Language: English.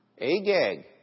Agag